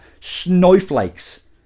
snowflakes